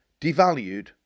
devalued